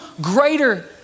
greater